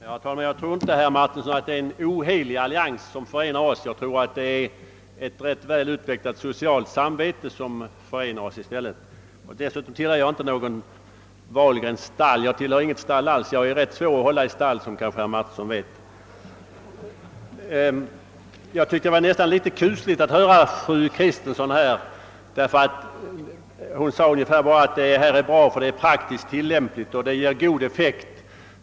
Herr talman! Jag tror inte, herr Maränsson, att det är en »ohelig allians» SOm förenar oss, utan att det i stället är ett rätt väl utvecklat socialt samvete. essutom vill jag säga att jag inte tillhör herr Wahlgrens »stall». Jag tillhör Inget stall alls; som herr Martinsson vet är jag rätt svår att hålla i stall. Det var nästan litet kusligt att höra fru Kristenssons synpunkter. Hon sade att förslaget var bra, ty det är »praktiskt tillämpligt» och »ger god effekt».